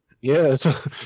Yes